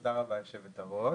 תודה רבה, יושבת הראש.